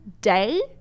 day